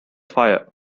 fire